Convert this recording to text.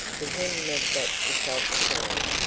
to him meant that she felt the same.